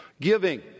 Giving